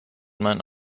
mein